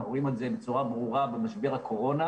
אנחנו רואים זה בצורה ברורה במשבר הקורונה,